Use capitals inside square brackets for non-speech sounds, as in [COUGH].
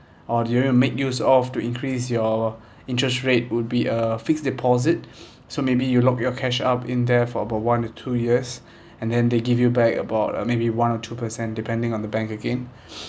or you want to made use of to increase your interest rate would be a fixed deposit [BREATH] so maybe you lock your cash up in there for about one to two years [BREATH] and then they give you back about uh maybe one or two per cent depending on the bank again [NOISE]